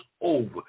over